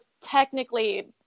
technically